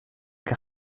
que